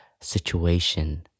situation